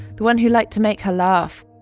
the one who liked to make her laugh.